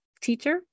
teacher